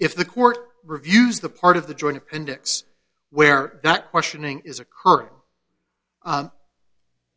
if the court reviews the part of the joint appendix where that questioning is occurring